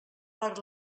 per